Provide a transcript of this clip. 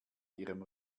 ihrem